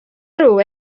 aru